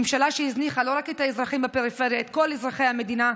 ממשלה שהזניחה לא רק את האזרחים בפריפריה אלא את כל אזרחי המדינה,